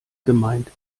gemeint